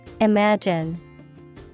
Imagine